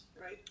right